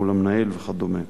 מול המנהל וכדומה.